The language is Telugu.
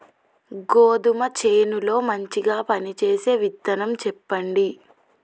గోధుమ చేను లో మంచిగా పనిచేసే విత్తనం చెప్పండి?